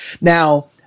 Now